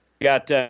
got –